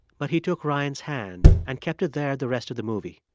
but he took ryan's hand and kept it there the rest of the movie.